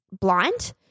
blind